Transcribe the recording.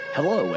Hello